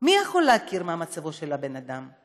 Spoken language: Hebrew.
מי יכול לדעת מה מצבו האמיתי של בן אדם?